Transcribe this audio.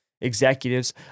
executives